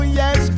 yes